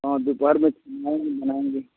और दोपहर में लाएँगे बनाएँगे